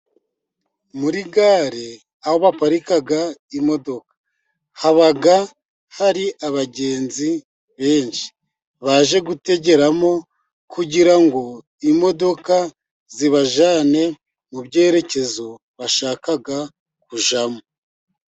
Muri gare aho baparika imodoka, haba hari abagenzi benshi baje gutegeramo, kugira ngo imodoka zibajyane mu byerekezo bashaka kujyamo.